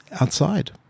outside